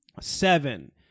Seven